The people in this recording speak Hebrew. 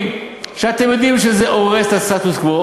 שאתם יודעים שהוא הורס את הסטטוס-קוו,